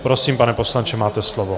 Prosím, pane poslanče, máte slovo.